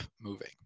moving